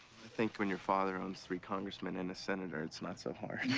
think when your father owns three congressmen and a senator, it's not so hard.